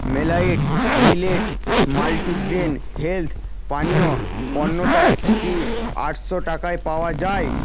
মেলাইট millet multigrain health পানীয় পণ্যটা কি আটশো টাকায় পাওয়া যায়